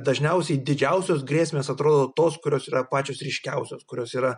dažniausiai didžiausios grėsmės atrodo tos kurios yra pačios ryškiausios kurios yra